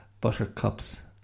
buttercups